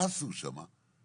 מה עשו שם?